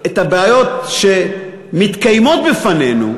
הבעיות שמתקיימות בפנינו,